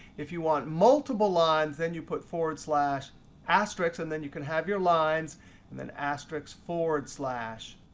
if you want multiple lines, then you put forward slash asterisks, and then you can have your lines and then asterisks forward slash.